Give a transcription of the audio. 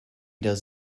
does